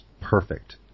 perfect